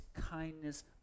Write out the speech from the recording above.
kindness